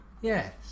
Yes